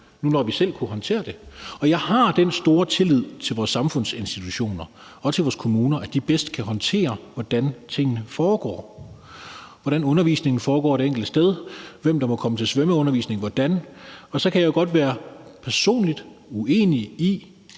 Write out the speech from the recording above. nu når vi selv kunne håndtere det. Og jeg har den store tillid til vores samfundsinstitutioner og til vores kommuner, at de bedst kan håndtere, hvordan tingene foregår, hvordan undervisningen foregår det enkelte sted, og hvem der må komme til svømmeundervisning hvordan. Så kan jeg jo godt personligt være uenig i